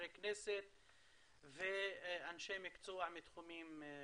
חברי כנסת ואנשי מקצוע מתחומים שונים.